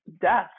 death